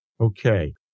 Okay